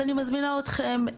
אז אני מזמינה אתכם,